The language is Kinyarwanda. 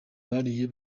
bariye